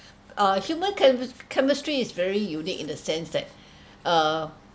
uh human chemi~ chemistry is very unique in the sense that uh